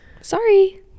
sorry